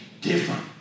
different